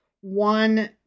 one